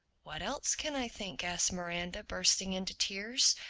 what else can i think? asked miranda, bursting into tears,